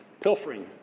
Pilfering